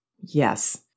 Yes